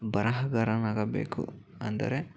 ಬರಹಗಾರನಾಗಬೇಕು ಅಂದರೆ